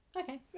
Okay